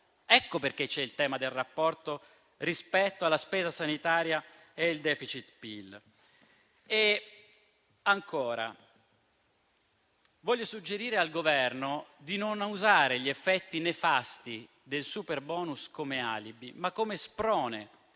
Ecco perché c'è il tema del rapporto rispetto alla spesa sanitaria e il *deficit*-PIL. Ancora, voglio suggerire al Governo di non usare gli effetti nefasti del superbonus come alibi, ma come sprone